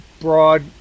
broad